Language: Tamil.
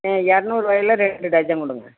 ஏ இரநூறுவாயில ரெண்டு டஜன் கொடுங்க